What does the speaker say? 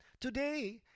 Today